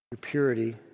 purity